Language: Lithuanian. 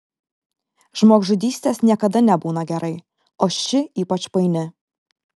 žmogžudystės niekada nebūna gerai o ši ypač paini